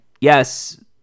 yes